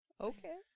okay